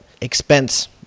expense